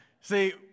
See